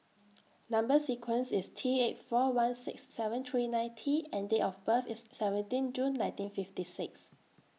Number sequence IS T eight four one six seven three nine T and Date of birth IS seventeen June nineteen fifty six